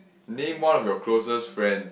name one of your closest friends